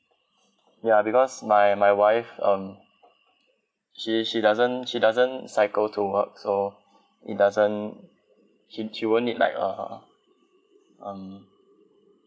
ya because my my wife um she she doesn't she doesn't cycle to work so it doesn't she she won't need like uh um